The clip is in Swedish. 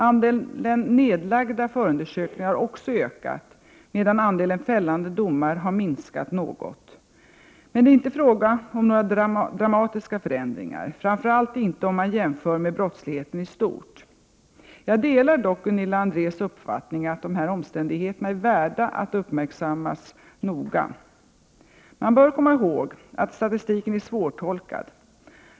Andelen nedlagda förundersökningar har också ökat, medan andelen fällande domar har minskat något. Men det är inte fråga om några dramatiska förändringar — framför allt inte om man jämför med brottsligheten i stort. Jag delar dock Gunilla Andrés uppfattning att dessa omständigheter är värda att uppmärksammas noga. Man bör komma ihåg att statistiken är svårtolkad.